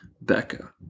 Becca